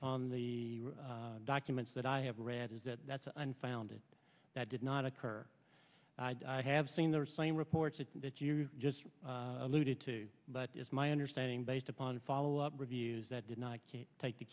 upon the documents that i have read is that that's unfounded that did not occur i have seen those same reports that you just alluded to but it's my understanding based upon follow up reviews that did not take the